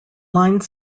line